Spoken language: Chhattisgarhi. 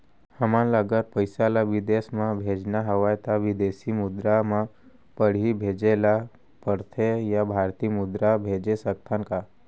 हमन ला अगर पइसा ला विदेश म भेजना हवय त विदेशी मुद्रा म पड़ही भेजे ला पड़थे या भारतीय मुद्रा भेज सकथन का?